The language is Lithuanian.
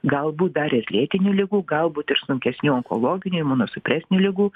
galbūt dar ir lėtinių ligų galbūt ir sunkesnių onkologinių imunosupresinių ligų